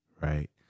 right